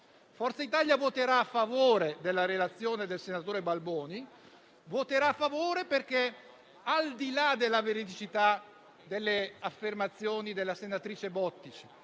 Forza Italia voterà a favore della relazione del senatore Balboni, perché, al di là della veridicità delle affermazioni della senatrice Bottici